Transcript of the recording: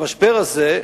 והמשבר הזה,